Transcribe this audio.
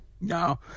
No